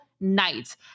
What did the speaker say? night